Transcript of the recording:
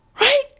Right